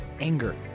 anger